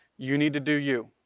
you need to do you.